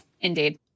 Indeed